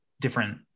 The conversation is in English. different